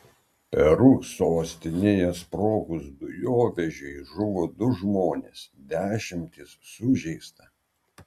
peru sostinėje sprogus dujovežiui žuvo du žmonės dešimtys sužeista